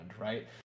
right